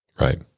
Right